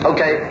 Okay